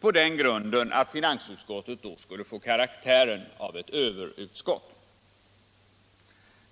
på grund av att finansutskottet då skulle få karaktären av ett överutskott.